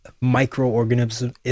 microorganisms